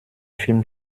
film